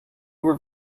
were